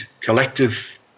collective